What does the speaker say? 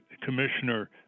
commissioner